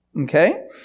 Okay